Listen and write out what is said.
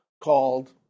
called